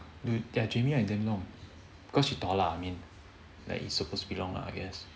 dude jamie one is damn long because she tall lah I mean like it's supposed to be long I guess